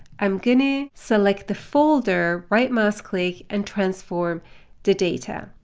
i'm going to select the folder. right mouse click and transform the data.